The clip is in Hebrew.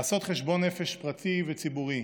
לעשות חשבון נפש פרטי וציבורי,